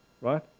Right